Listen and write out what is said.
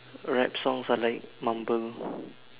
rap songs are like mumble